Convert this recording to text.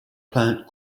plant